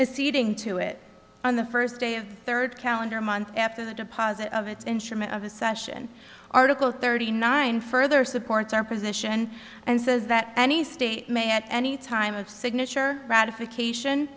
ceding to it on the first day of third calendar month after the deposit of its interim of ascension article thirty nine further supports our position and says that any state may at any time of signature ratification